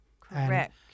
Correct